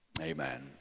amen